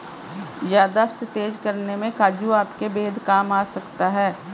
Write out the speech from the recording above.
याददाश्त तेज करने में काजू आपके बेहद काम आ सकता है